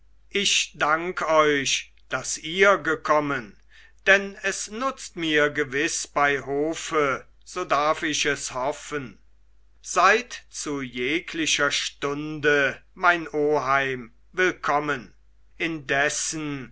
ich dank euch daß ihr gekommen denn es nutzt mir gewiß bei hofe so darf ich es hoffen seid zu jeglicher stunde mein oheim willkommen indessen